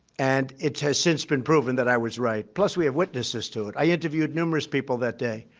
and it has since been proven that i was right. plus, we have witnesses to it. i interviewed numerous people that day.